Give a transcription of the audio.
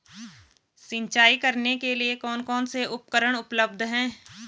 सिंचाई करने के लिए कौन कौन से उपकरण उपलब्ध हैं?